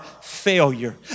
failure